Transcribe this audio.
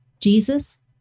Jesus